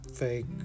fake